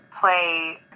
play